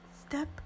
step